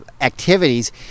activities